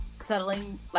settling